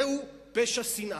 זהו פשע שנאה.